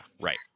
right